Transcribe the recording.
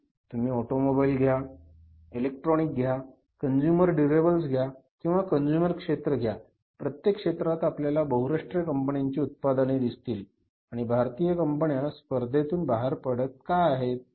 तुम्ही ऑटोमोबाईल घ्या इलेक्ट्रॉनिक घ्या कंझ्युमर ड्युरेबल्स घ्या किंवा कंज्यूमर क्षेत्र घ्या प्रत्येक क्षेत्रात आपल्याला बहुराष्ट्रीय कंपन्यांची उत्पादने दिसतील आणि भारतीय कंपन्या स्पर्धेतून बाहेर पडत आहेत